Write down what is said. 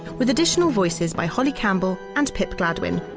with additional voices by holly campbell and pip gladwin.